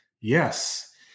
yes